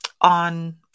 on